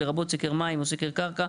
לרבות סקר מים או סקר קרקע,